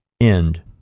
End